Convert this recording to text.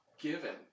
given